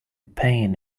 pain